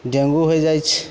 dengue होइ जाइ छै